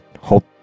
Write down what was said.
hope